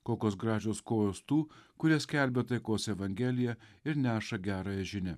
kokios gražios kojos tų kurie skelbia taikos evangeliją ir neša gerąją žinią